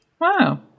Wow